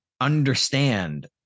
understand